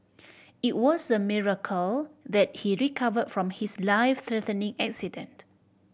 it was a miracle that he recovered from his life threatening accident